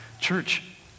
Church